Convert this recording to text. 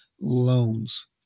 loans